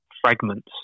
fragments